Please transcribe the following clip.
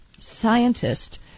scientist